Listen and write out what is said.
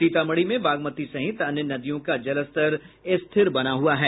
सीतामढ़ी में बागमती सहित अन्य नदियों का जलस्तर स्थिर बना हुआ है